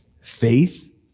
faith